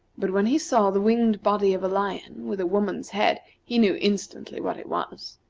but when he saw the winged body of a lion with a woman's head, he knew instantly what it was.